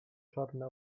czarne